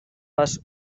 les